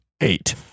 eight